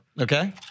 okay